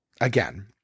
again